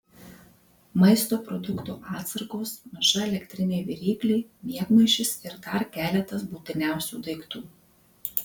maisto produktų atsargos maža elektrinė viryklė miegmaišis ir dar keletas būtiniausių daiktų